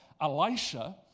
Elisha